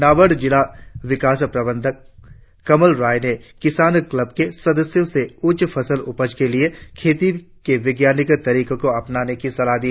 नाबार्ड जिला विकास प्रबंधक कमल रॉय ने किसान क्लबों के सदस्यों को उच्च फसल उपज के लिए खेती के वैज्ञानिक तरीकों को अपनाने की सलाह दी